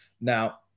Now